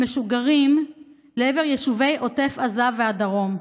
הם משוגרים לעבר יישובי עוטף עזה והדרום.